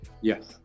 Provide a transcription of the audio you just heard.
Yes